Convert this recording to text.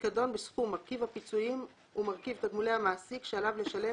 פיקדון בסכום מרכיב הפיצויים ומרכיב תגמולי המעסיק שעליו לשלם